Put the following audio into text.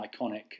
iconic